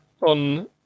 on